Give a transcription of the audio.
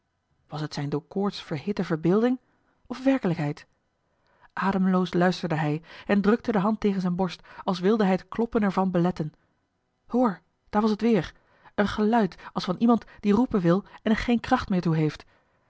was het zijne door koorts verhitte verbeelding of werkelijkheid ademloos luisterde hij en drukte de hand tegen zijne borst als wilde hij het kloppen er van beletten hoor daar was het weer een geluid als van iemand die roepen wil en er geene kracht meer toe heeft